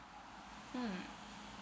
mm